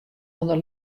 ûnder